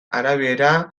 arabiera